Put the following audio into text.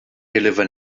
deliver